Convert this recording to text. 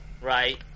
right